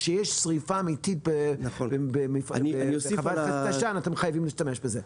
כשיש שריפה אמיתית בחוות תש"ן אתם חייבים להשתמש בזה.